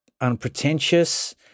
unpretentious